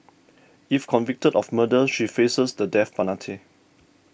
if convicted of murder she faces the death penalty